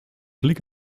blick